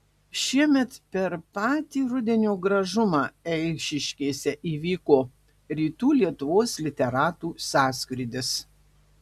šiemet per patį rudenio gražumą eišiškėse įvyko rytų lietuvos literatų sąskrydis